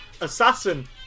Assassin